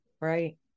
Right